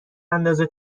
اندازه